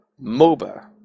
MOBA